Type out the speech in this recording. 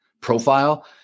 profile